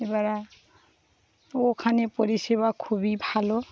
এবার ওখানে পরিষেবা খুবই ভালো